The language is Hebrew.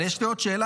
אבל יש לי עוד שאלה,